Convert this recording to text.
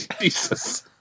Jesus